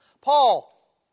Paul